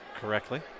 correctly